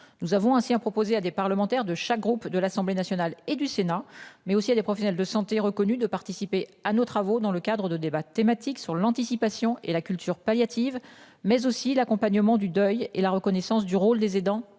Nous avons ainsi à proposer à des parlementaires de chaque groupe de l'Assemblée nationale et du Sénat mais aussi à des professionnels de santé reconnu de participer à nos travaux dans le cadre de débats thématiques sur l'anticipation et la culture palliative mais aussi l'accompagnement du deuil et la reconnaissance du rôle des aidants